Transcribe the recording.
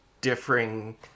differing